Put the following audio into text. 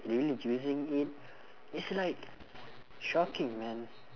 really using it it's like shocking man